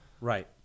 Right